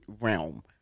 realm